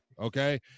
Okay